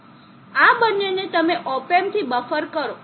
હવે આ બંનેને તમે op amp થી બફર કરો